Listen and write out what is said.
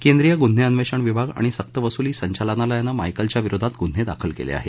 केंद्रीय गुन्हे अन्वेषण विभाग आणि सक्तवसुली संचालनालयानं मायकलच्या विरोधात गुन्हे दाखल केले आहेत